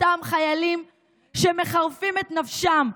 אלה אותם חיילים שמחרפים את נפשם,